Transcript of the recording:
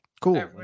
cool